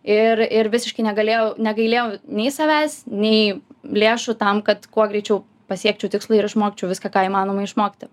ir ir visiškai negalėjau negailėjau nei savęs nei lėšų tam kad kuo greičiau pasiekčiau tikslą ir išmokčiau viską ką įmanoma išmokti